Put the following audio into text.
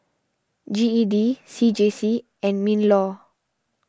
G E D C J C and MinLaw